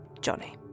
Johnny